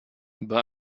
bei